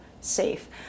safe